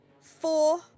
four